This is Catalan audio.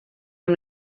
amb